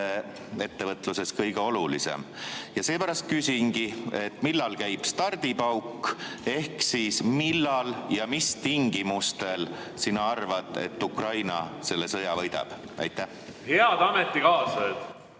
ettevõtluses kõige olulisem. Ja seepärast küsingi: millal käib stardipauk ehk millal ja mis tingimustel sinu arvates Ukraina selle sõja võidab? Head ametikaaslased,